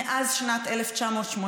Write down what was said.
מאז שנת 1989,